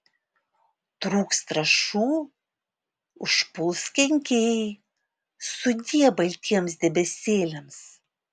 trūks trąšų užpuls kenkėjai sudie baltiems debesėliams